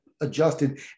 adjusted